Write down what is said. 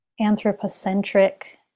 anthropocentric